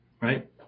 right